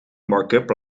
markup